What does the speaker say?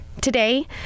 today